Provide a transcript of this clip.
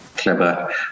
clever